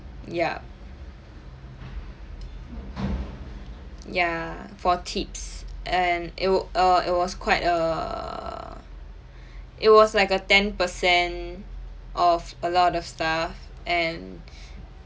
yup ya for tips and it wa~ uh it was quite a it was like a ten percent of a lot of stuff and